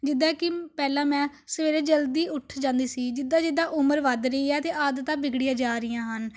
ਜਿੱਦਾਂ ਕਿ ਪਹਿਲਾਂ ਮੈਂ ਸਵੇਰੇ ਜਲਦੀ ਉੱਠ ਜਾਂਦੀ ਸੀ ਜਿੱਦਾਂ ਜਿੱਦਾਂ ਉਮਰ ਵੱਧ ਰਹੀ ਹੈ ਤਾਂ ਆਦਤਾਂ ਵਿਗੜਦੀਆ ਜਾ ਰਹੀਆਂ ਹਨ